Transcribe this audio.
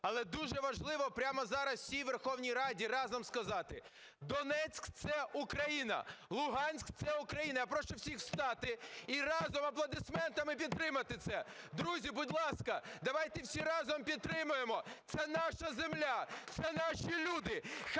але дуже важливо прямо зараз всій Верховній Раді разом сказати: Донецьк – це Україна! Луганськ – це Україна! Я прошу всіх встати і разом аплодисментами підтримати це. Друзі, будь ласка, давайте всі разом підтримаємо. Це наша земля, це наші люди, хай